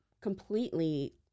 completely